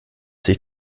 sich